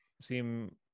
seem